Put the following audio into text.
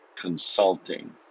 consulting